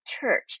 church